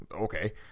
Okay